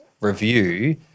review